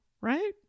right